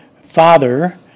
father